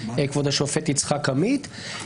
כבוד השופט יצחק עמית,